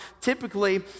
typically